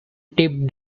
tipped